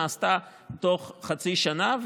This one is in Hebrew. תוך חצי שנה,